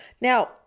Now